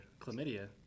Chlamydia